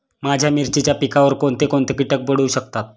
माझ्या मिरचीच्या पिकावर कोण कोणते कीटक पडू शकतात?